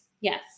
Yes